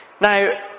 Now